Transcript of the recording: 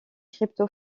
crypto